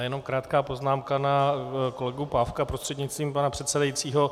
Já jenom krátkou poznámku na kolegu Pávka prostřednictvím pana předsedajícího.